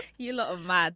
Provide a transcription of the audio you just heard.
you love mad